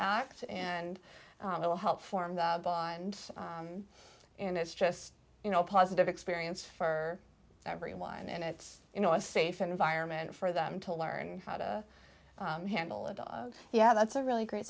act and it will help form the bond and it's just you know a positive experience for everyone and it's you know a safe environment for them to learn how to handle a dog yeah that's a really great